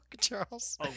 Charles